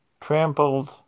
trampled